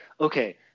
okay